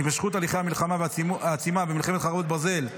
הימשכות הליכי המלחמה העצימה במלחמת חרבות ברזל,